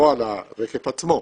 לא הרכב עצמו,